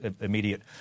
immediate